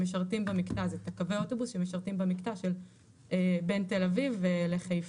קווי האוטובוס שמשרתים במקטע שבין תל אביב לחיפה.